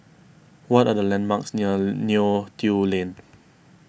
what are the landmarks near Neo Tiew Lane